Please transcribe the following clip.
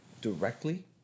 directly